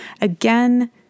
Again